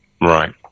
Right